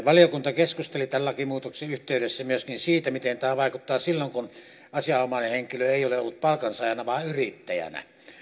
valiokunta keskusteli tämän lakimuutoksen yhteydessä myöskin siitä miten tämä vaikuttaa silloin kun asianomainen henkilö ei ole ollut palkansaajana vaan yrittäjänä